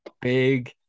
big